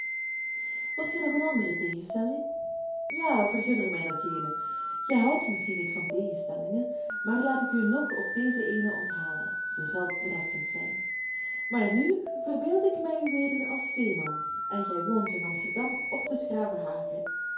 wilt gij nog een andere tegenstelling ja vergun er mij nog ééne gij houdt misschien niet van tegenstellingen maar laat ik u nog op deze ééne onthalen zij zal treffend zijn maar nu verbeeld ik mij u weder als steeman en gij woont in amsterdam of te